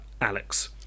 Alex